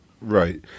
right